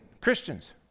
Christians